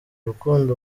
rukundo